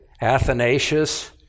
Athanasius